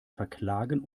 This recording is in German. verklagen